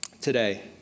today